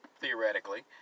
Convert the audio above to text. theoretically